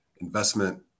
investment